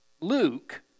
Luke